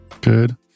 Good